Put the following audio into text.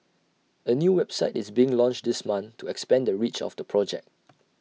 A new website is being launched this month to expand the reach of the project